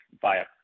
via